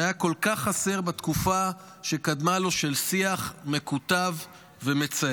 שהיה כל כך חסר בתקופה שקדמה לו של שיח מקוטב ומצער.